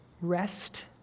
rest